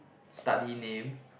study name